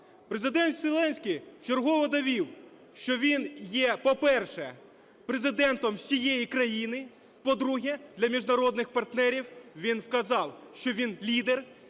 Президент Зеленський вчергове довів, що він є, по-перше, Президентом всієї країни. По-друге, для міжнародних партнерів він вказав, що він лідер,